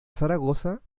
zaragoza